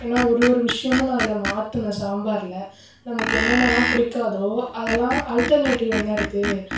ஏன்னா ஒரு ஒரு விஷயமும் நான் அதில் மாற்றினேன் சாம்பாரில் நமக்கு என்னென்னலாம் பிடிக்காதோ அதலாம் அல்டெர்நேட்டிவ் என்ன இருக்குது